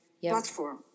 platform